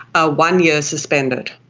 ah one year suspended,